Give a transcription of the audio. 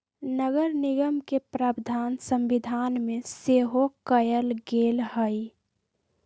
नगरनिगम के प्रावधान संविधान में सेहो कयल गेल हई